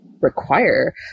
require